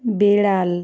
বেড়াল